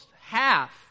half